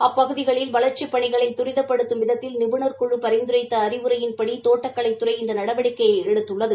அப்பகுதிகளில் வளர்ச்சிப் பணிகளை துரிதப்படுத்தும் விதத்தில் நிபுணர் குழு பரிந்துரைத்த அறிவுரையின்படி தோட்டக்கலைத் துறை இந்த நடவடிக்கையை எடுத்துள்ளது